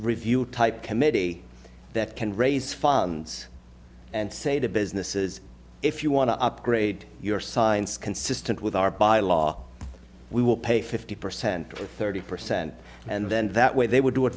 review type committee that can raise funds and say the businesses if you want to upgrade your science consistent with our by law we will pay fifty percent or thirty percent and then that way they would do it